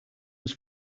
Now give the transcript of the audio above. was